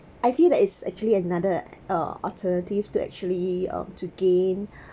I feel that is actually another uh alternative to actually um to gain